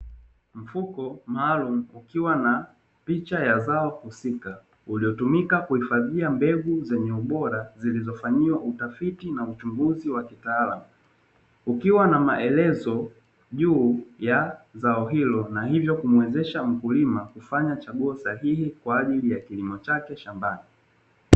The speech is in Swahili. Mfuko maalumu ukiwa na picha ya zao husika uliotumika kuhifadhia mbegu zenye ubora zilizofanyiwa utafiti na uchunguzi wa kitaalamu, kukiwa na maelezo juu ya zao hilo na hivyo kumuwezesha mkulima kufanya chaguo sahihi kwa ajili ya kilimo chake shambani.